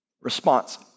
response